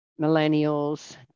Millennials